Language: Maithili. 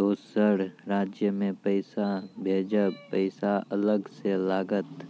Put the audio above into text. दोसर राज्य मे पैसा भेजबऽ पैसा अलग से लागत?